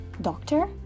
doctor